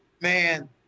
Man